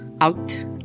out